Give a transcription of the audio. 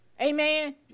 Amen